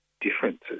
differences